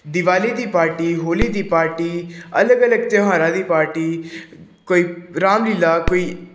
ਦਿਵਾਲੀ ਦੀ ਪਾਰਟੀ ਹੋਲੀ ਦੀ ਪਾਰਟੀ ਅਲੱਗ ਅਲੱਗ ਤਿਉਹਾਰਾਂ ਦੀ ਪਾਰਟੀ ਕੋਈ ਰਾਮਲੀਲਾ ਕੋਈ